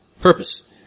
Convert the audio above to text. purpose